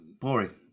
Boring